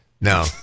No